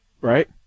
right